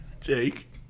Jake